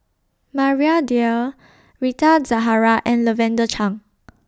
Maria Dyer Rita Zahara and Lavender Chang